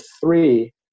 three